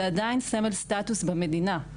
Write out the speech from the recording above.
זה עדיין סמל סטטוס במדינה.